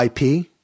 IP